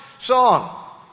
song